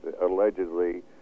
allegedly